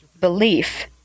belief